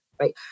right